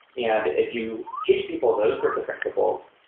yeah if you teach people those sorts of principles,